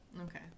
Okay